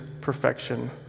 perfection